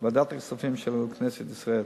וועדת הכספים של כנסת ישראל.